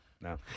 no